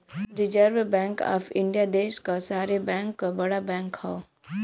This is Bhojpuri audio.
रिर्जव बैंक आफ इंडिया देश क सारे बैंक क बड़ा बैंक हौ